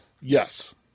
Yes